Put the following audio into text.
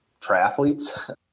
triathletes